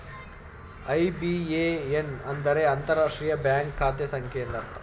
IBAN ಅಂದರೆ ಅಂತರರಾಷ್ಟ್ರೀಯ bank ಖಾತೆ ಸಂಖ್ಯೆ ಎಂದರ್ಥ